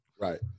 Right